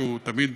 שתמיד